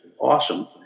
awesome